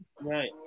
Right